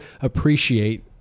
appreciate